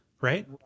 right